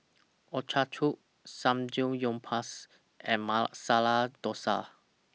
Ochazuke Samgeyopsal and Masala Dosa